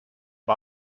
the